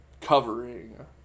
covering